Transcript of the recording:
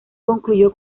concluyó